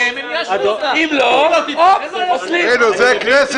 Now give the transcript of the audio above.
אם ההחלטה תמצא חן בעיניהם הם יאשרו אותה,